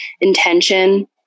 intention